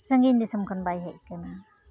ᱥᱟᱺᱜᱤᱧ ᱫᱤᱥᱚᱢ ᱠᱷᱚᱱ ᱵᱟᱭ ᱦᱮᱡ ᱠᱟᱱᱟ